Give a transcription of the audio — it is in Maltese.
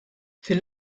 fil